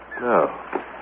No